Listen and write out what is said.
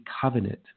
covenant